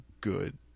good